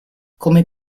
come